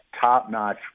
top-notch